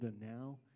now